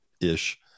ish